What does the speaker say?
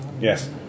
Yes